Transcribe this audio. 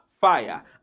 Fire